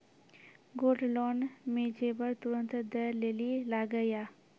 Gold loan मे जेबर तुरंत दै लेली लागेया?